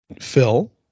Phil